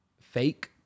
fake